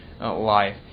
life